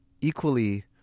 equally